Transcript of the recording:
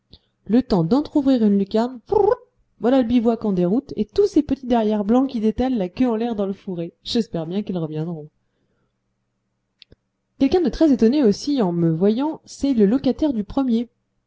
le temps d'entrouvrir une lucarne frrt voilà le bivouac en déroute et tous ces petits derrières blancs qui détalent la queue en l'air dans le fourré j'espère bien qu'ils reviendront quelqu'un de très étonné aussi en me voyant c'est le locataire du premier